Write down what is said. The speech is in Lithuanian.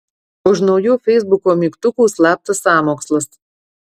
už naujų feisbuko mygtukų slaptas sąmokslas